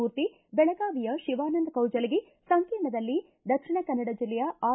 ಮೂರ್ತಿ ಬೆಳಗಾವಿಯ ಶಿವಾನಂದ ಕೌಜಲಗಿ ಸಂಕೀರ್ಣದಲ್ಲಿ ದಕ್ಷಿಣ ಕನ್ನಡ ಜಿಲ್ಲೆಯ ಆರ್